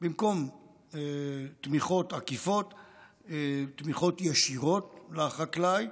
במקום תמיכות עקיפות, תמיכות ישירות לחקלאי.